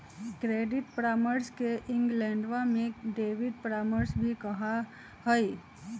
credit परामर्श के इंग्लैंडवा में डेबिट परामर्श भी कहा हई